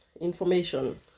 information